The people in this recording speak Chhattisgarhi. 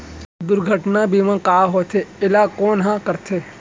दुर्घटना बीमा का होथे, एला कोन ह करथे?